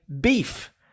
beef